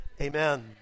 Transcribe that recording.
amen